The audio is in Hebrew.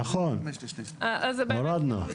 נכון, הורדנו.